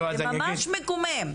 זה ממש מקומם.